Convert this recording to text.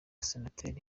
senateri